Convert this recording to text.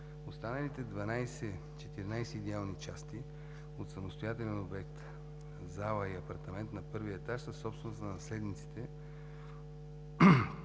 Останалите 12/14 идеални части от самостоятелен обект – зала и апартамент на първия етаж, са собственост на наследниците.